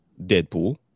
Deadpool